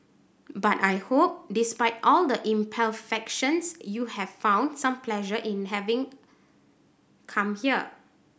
but I hope despite all the imperfections you have found some pleasure in having come here